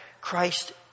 Christ